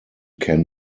can